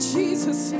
Jesus